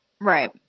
right